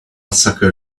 sucker